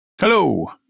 Hello